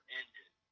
ended